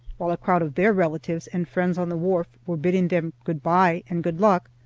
while a crowd of their relatives and friends on the wharf were bidding them good-by and good-luck,